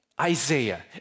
Isaiah